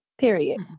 Period